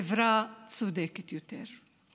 חברה צודקת יותר.